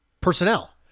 personnel